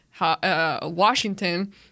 Washington